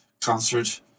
concert